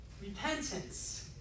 Repentance